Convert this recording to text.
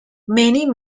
many